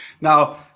Now